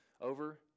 over